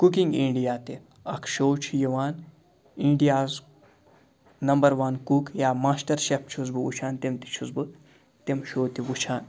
cooking India تہِ اَکھ show چھِ یِوان اِنڈیاز نَمبَر وَن کُک یا ماسٹَر شیٚف چھُس بہٕ وُچھان تِم تہِ چھُس بہٕ تِم شووٚ تہِ وُچھان